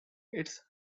its